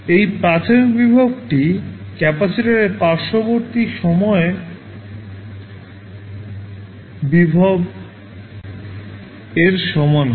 এই প্রাথমিক ভোল্টেজটি ক্যাপাসিটরের প্রাথমিক সময়ে t 0ভোল্টেজ এর সমান হয়